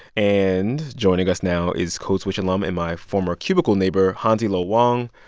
and joining us now is code switch alum and my former cubicle neighbor hansi lo wang.